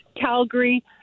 Calgary